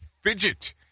fidget